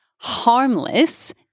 harmless